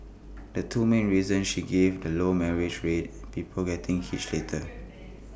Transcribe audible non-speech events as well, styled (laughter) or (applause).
the two main reasons she gave are the low marriage rate people getting (noise) hitched later